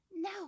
No